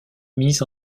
mis